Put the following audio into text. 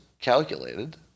calculated